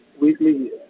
weekly